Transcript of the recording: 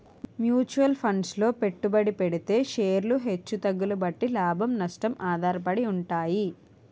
mutual funds లో పెట్టుబడి పెడితే షేర్లు హెచ్చు తగ్గుల బట్టి లాభం, నష్టం ఆధారపడి ఉంటాయి